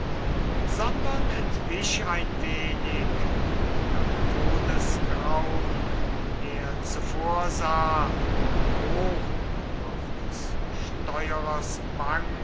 sondern entwich ein wenig da todesgraun er zuvorsah hoch auf des steuerers